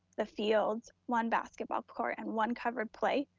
the fields, one basketball court and one cover play,